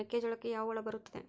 ಮೆಕ್ಕೆಜೋಳಕ್ಕೆ ಯಾವ ಹುಳ ಬರುತ್ತದೆ?